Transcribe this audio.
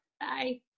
Bye